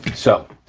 so,